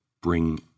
bring